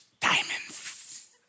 Diamonds